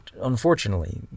unfortunately